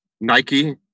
Nike